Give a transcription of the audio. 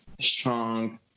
strong